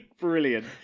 Brilliant